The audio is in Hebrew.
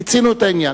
מיצינו את העניין.